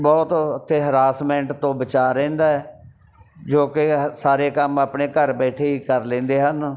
ਬਹੁਤ ਉੱਥੇ ਹਰਾਸਮੈਂਟ ਤੋਂ ਬਚਾਅ ਰਹਿੰਦਾ ਜੋ ਕਿ ਸਾਰੇ ਕੰਮ ਆਪਣੇ ਘਰ ਬੈਠੇ ਹੀ ਕਰ ਲੈਂਦੇ ਹਨ